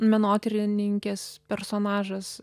menotyrininkės personažas